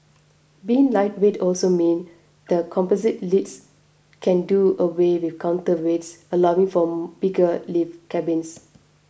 being lightweight also means the composite lifts can do away with counterweights allowing for bigger lift cabins